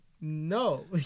no